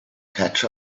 catch